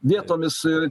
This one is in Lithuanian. vietomis ir